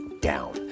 down